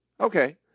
Okay